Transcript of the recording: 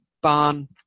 barn